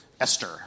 Esther